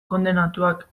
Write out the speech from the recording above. kondenatuak